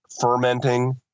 fermenting